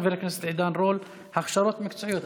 של חבר הכנסת עידן רול: הכשרות מקצועיות.